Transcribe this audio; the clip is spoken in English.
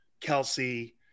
Kelsey